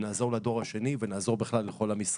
נעזור לדור השני ונעזור בכלל לכל עם ישראל.